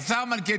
השר מלכיאל,